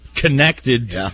connected